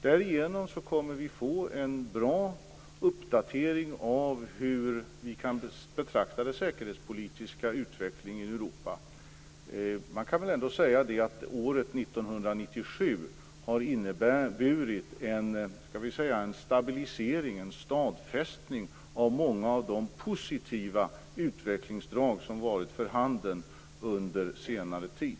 Därigenom kommer vi att få en bra uppdatering av hur vi kan betrakta den säkerhetspolitiska utvecklingen i Europa. Man kan väl ändå säga att året 1997 har inneburit en stabilisering, en stadfästning, av många av de positiva utvecklingsdrag som varit för handen under senare tid.